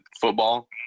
football